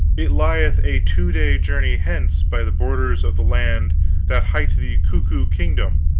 it lieth a two-day journey hence, by the borders of the land that hight the cuckoo kingdom.